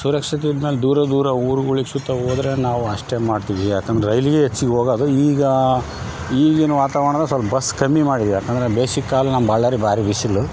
ಸುರಕ್ಷತೆ ಇದ್ಮೇಲೆ ದೂರ ದೂರ ಊರ್ಗೊಳಿಗ್ಗೆ ಸುತ್ತಾ ಹೋದ್ರೆ ನಾವು ಅಷ್ಟೇ ಮಾಡ್ತೀವಿ ಯಾಕಂದರೆ ರೈಲಿಗೆ ಹೆಚ್ಚಿಗೆ ಹೋಗದು ಈಗ ಈಗಿನ ವಾತಾವರ್ಣದಲ್ಲಿ ಸೊಲ್ಪ ಬಸ್ ಕಮ್ಮಿ ಮಾಡಿದ್ರೆ ಯಾಕಂದರೆ ಬೇಸಿಕ್ ಕಾಲ್ನಾಗಿ ಬಳ್ಳಾರಿ ಭಾರಿ ಬಿಸಿಲು